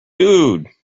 dude